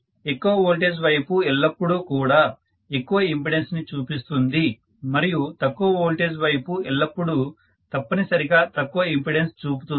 ఎక్కువ వోల్టేజ్ వైపు ఎల్లప్పుడూ కూడా ఎక్కువ ఇంపెడన్స్ ని చూపిస్తుంది మరియు తక్కువ వోల్టేజ్ వైపు ఎల్లప్పుడూ తప్పనిసరిగా తక్కువ ఇంపెడెన్స్ చూపుతుంది